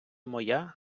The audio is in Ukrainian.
моя